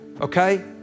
okay